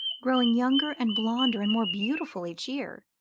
growing younger and blonder and more beautiful each year,